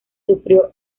sufrió